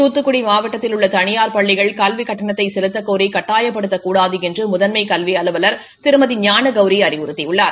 துத்துக்குடி மாவட்டத்தில் உள்ள தனியார் பள்ளிகள் கல்விக் கட்டணத்தை செலுத்தக்கோரி கட்டாயப்படுத்தக்கூடாது என்று முதன்மை கல்வி அலுவலா் திருமதி ஞான கௌரி அறிவுறுத்தியுள்ளார்